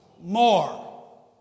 More